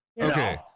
Okay